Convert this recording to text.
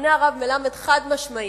עונה הרב מלמד, חד-משמעית: